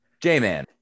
J-Man